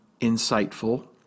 insightful